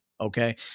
okay